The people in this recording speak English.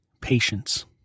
patience